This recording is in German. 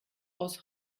aus